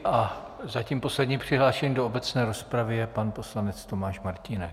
A zatím poslední přihlášený do obecné rozpravy je pan poslanec Tomáš Martínek.